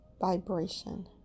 vibration